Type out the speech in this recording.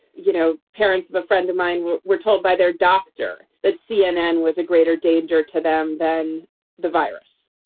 you know, parents of a friend of mine were were told by their doctor that cnn was a greater danger to them than the virus.